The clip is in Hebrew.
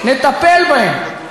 ביכולת שלנו לטפל בהן.